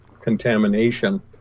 contamination